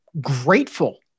grateful